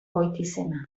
goitizena